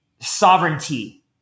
sovereignty